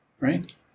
right